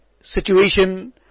situation